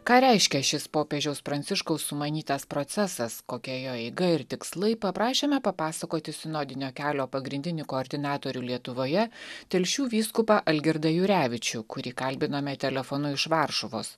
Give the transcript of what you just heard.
ką reiškia šis popiežiaus pranciškaus sumanytas procesas kokia jo eiga ir tikslai paprašėme papasakoti sinodinio kelio pagrindinį koordinatorių lietuvoje telšių vyskupą algirdą jurevičių kurį kalbinome telefonu iš varšuvos